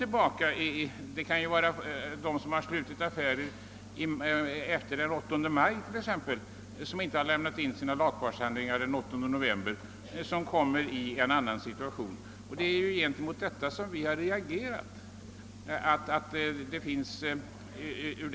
Men det kan finnas personer som slutit affärer t.ex. efter den 8 maj och som ännu inte lämnat in sina lagfartshandlingar den 8 november och som kommer i en annan situation på grund av den retroaktiva verkan. Det är mot detta vi har reagerat.